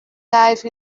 life